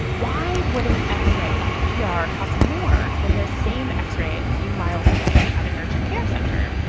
why would an x-ray at the yeah ah er cost more than the same x-ray a few miles away at an urgent care center?